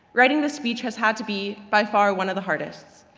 writing this speech has had to be by far one of the hardest,